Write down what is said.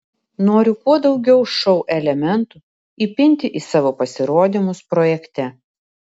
noriu kuo daugiau šou elementų įpinti į savo pasirodymus projekte